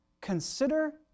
Consider